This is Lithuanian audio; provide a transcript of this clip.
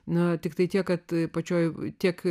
na tiktai tiek kad pačioje tiek